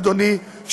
אדוני,